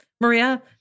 Maria